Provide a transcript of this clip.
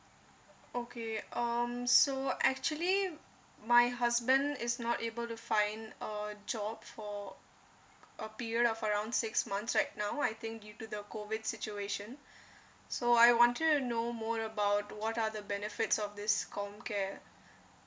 okay um so actually my husband is not able to find a job for a period of around six months right now I think due to the COVID situation so I wanted to know more about what are the benefits of this comcare